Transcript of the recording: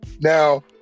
Now